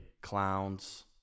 clowns